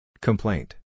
Complaint